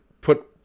put